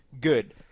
good